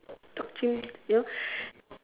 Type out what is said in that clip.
dog chimp you know